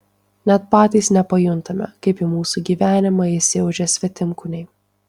net patys nepajuntame kaip į mūsų gyvenimą įsiaudžia svetimkūniai